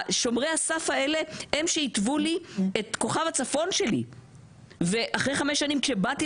שומרי הסף האלה הם שהתוו לי את כוכב הצפון שלי ואחרי חמש שנים כשבאתי